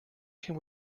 can